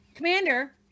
Commander